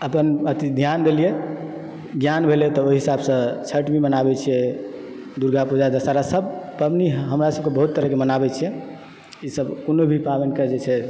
अपन अथी ध्यान देलियै ज्ञान भेलय तब ओहि हिसाबसँ छठि भी मनाबैत छियै दुर्गापूजा दशहरासभ पाबनी हमरासभके बहुत तरहके मनाबैत छियै ईसभ कोनो भी पाबनिकऽ जे छै